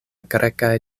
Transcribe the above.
grekaj